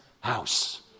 house